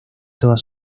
todas